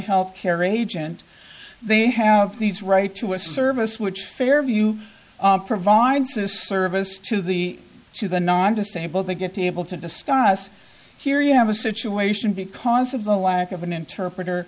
health care agent they have these right to a service which fairview provides a service to the to the non disabled they get to able to discuss here you have a situation because of the lack of an interpreter